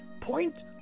point